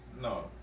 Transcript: No